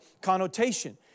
connotation